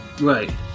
Right